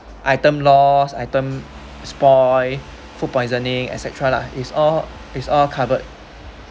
item lost items spoilt food poisoning etcetera la it's all it's all covered